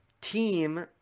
Team